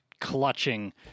clutching